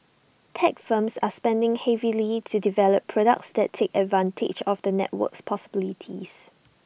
tech firms are spending heavily to develop products that take advantage of the network's possibilities